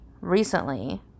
recently